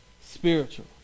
spiritual